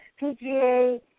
PGA